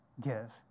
give